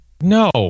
No